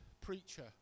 preacher